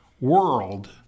world